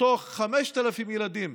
מתוך 5,000 ילדים